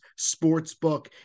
Sportsbook